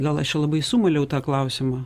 gal aš jau labai sumaliau tą klausimą